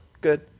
good